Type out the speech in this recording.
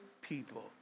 people